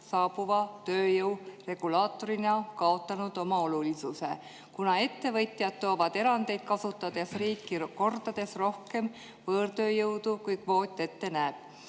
saabuva tööjõu regulaatorina kaotanud oma olulisuse, kuna ettevõtjad toovad erandeid kasutades riiki kordades rohkem võõrtööjõudu, kui kvoot ette näeb.